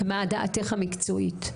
מה דעתך המקצועית?